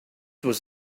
was